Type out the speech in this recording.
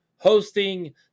hosting